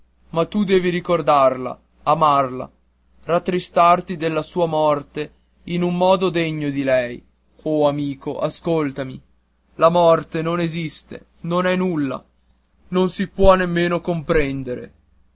ma tu devi ricordarla amarla rattristarti della sua morte in un modo degno di lei o amico ascoltami la morte non esiste non è nulla non si può nemmeno comprendere